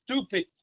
stupid